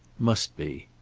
must be.